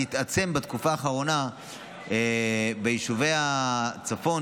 זה התעצם בתקופה האחרונה ביישובי הצפון,